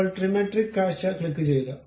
ഇപ്പോൾ ട്രിമെട്രിക് കാഴ്ച ക്ലിക്കുചെയ്യുക